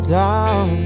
down